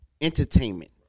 entertainment